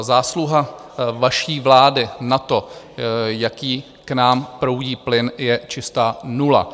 Zásluha vaší vlády na tom, jaký k nám proudí plyn, je čistá nula.